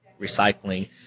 recycling